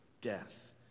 death